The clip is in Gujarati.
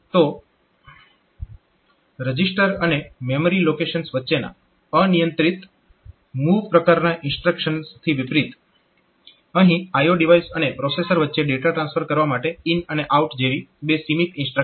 તો રજીસ્ટર અને મેમરી લોકેશન્સ વચ્ચેના અનિયંત્રિત MOV પ્રકારના ઇન્સ્ટ્રક્શન્સથી વિપરીત અહીં IO ડિવાઇસ અને પ્રોસેસર વચ્ચે ડેટા ટ્રાન્સફર કરવા માટે IN અને OUT જેવી બે સીમિત ઇન્સ્ટ્રક્શન્સ છે